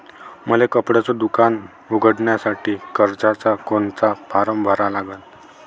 मले कपड्याच दुकान उघडासाठी कर्जाचा कोनचा फारम भरा लागन?